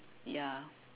ya